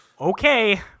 Okay